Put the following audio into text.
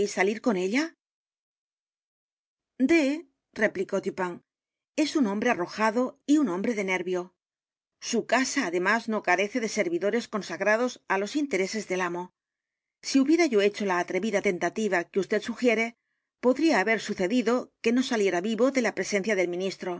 salir con ella d replicó dupin es un hombre arrojado y un hombre de nervio su casa además no carece de servidores consagrados á los intereses del amo si hubiera yo hecho la atrevida tentativa q u e v d sugiere podría haber sucedido que no saliera vivo de la presencia del ministro